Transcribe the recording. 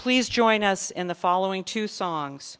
please join us in the following two songs